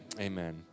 amen